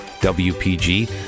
W-P-G